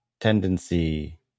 tendency